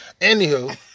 Anywho